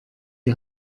die